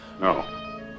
No